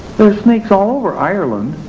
there are snakes all over ireland